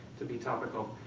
to be topical.